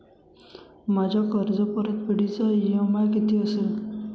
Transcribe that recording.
माझ्या कर्जपरतफेडीचा इ.एम.आय किती असेल?